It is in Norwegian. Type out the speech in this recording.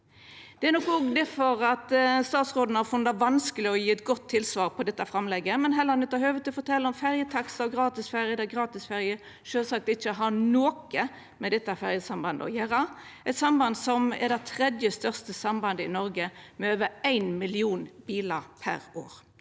statsråden har funne det vanskeleg å gje eit godt tilsvar på dette framlegget, men heller nyttar høvet til å fortelja om ferjetakstar og gratisferjer, der gratisferjer sjølvsagt ikkje har noko med dette ferjesambandet å gjera, eit samband som er det tredje største sambandet i Noreg med over 1 million bilar per år.